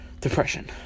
Depression